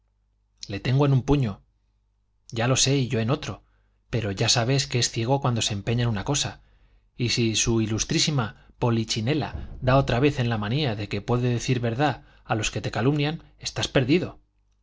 le tengo en un puño ya lo sé y yo en otro pero ya sabes que es ciego cuando se empeña en una cosa y si su ilustrísima polichinela da otra vez en la manía de que pueden decir verdad los que te calumnian estás perdido